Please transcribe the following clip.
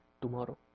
tomorrow